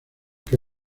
que